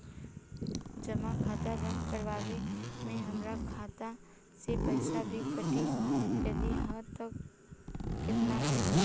जमा खाता बंद करवावे मे हमरा खाता से पईसा भी कटी यदि हा त केतना कटी?